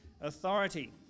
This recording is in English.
authority